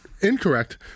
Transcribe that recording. incorrect